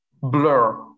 Blur